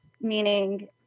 meaning